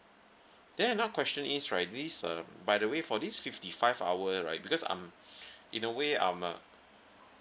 then another question is right this uh by the way for this fifty five hour right because I'm in a way I'm a